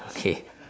okay